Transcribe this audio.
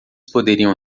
poderiam